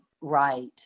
right